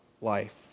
life